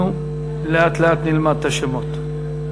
אנחנו לאט-לאט נלמד את השמות.